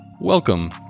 Welcome